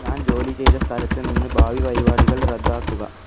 ഞാൻ ജോലി ചെയ്ത സ്ഥലത്ത് നിന്ന് ഭാവി പരിപാടികൾ റദ്ദാക്കുക